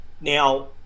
Now